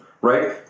right